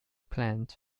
plant